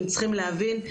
צריך להבין,